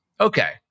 Okay